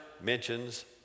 mentions